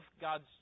God's